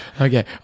Okay